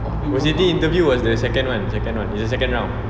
O_C_T interview was the second one second one is the second round